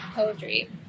Poetry